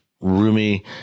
roomy